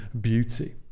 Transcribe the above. beauty